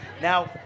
Now